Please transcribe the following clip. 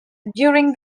during